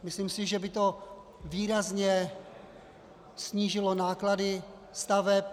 Myslím si, že by to výrazně snížilo náklady staveb.